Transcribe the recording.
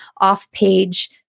off-page